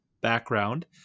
background